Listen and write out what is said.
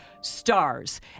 stars